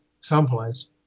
someplace